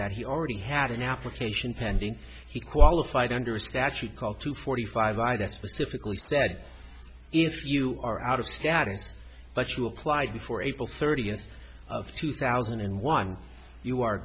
that he already had an application pending he qualified under a statute called two forty five by that specifically said if you are out of status but you applied before april thirtieth of two thousand and one you are